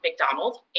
McDonald